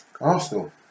Arsenal